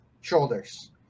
shoulders